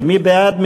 מי בעד?